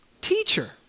Teacher